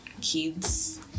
kids